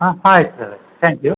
ಹಾಂ ಆಯ್ತು sir thank you